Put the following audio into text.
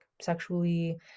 sexually